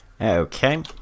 Okay